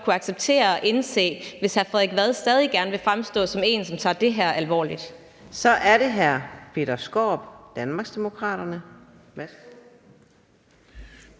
kunne acceptere og indse, hvis hr. Frederik Vad stadig gerne vil fremstå som en, som tager det her alvorligt. Kl. 15:21 Anden næstformand